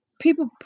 People